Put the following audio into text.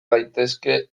gaitezke